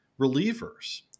relievers